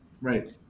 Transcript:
Right